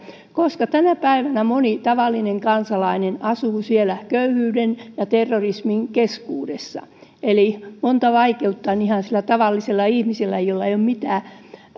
koska tänä päivänä moni tavallinen kansalainen asuu siellä köyhyyden ja terrorismin keskellä eli monta vaikeutta on ihan sillä tavallisella ihmisellä jolla ei ole mitään